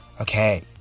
okay